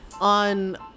On